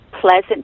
pleasant